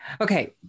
okay